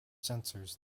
sensors